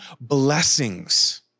blessings